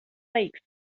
lakes